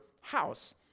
house